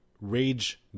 rage